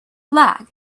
lag